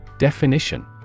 Definition